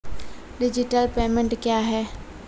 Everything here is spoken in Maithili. डिजिटल पेमेंट क्या हैं?